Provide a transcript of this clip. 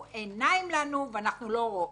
עיניים לנו ואנו לא רואים.